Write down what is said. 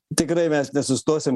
tikrai mes nesustosim